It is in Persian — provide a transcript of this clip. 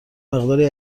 مقداری